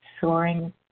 soaring